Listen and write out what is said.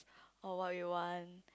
or what you want